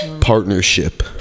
partnership